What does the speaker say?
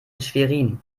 schwerin